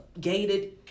gated